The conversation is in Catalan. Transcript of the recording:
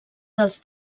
dels